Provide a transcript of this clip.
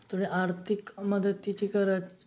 थोडी आर्थिक मदतीची गरज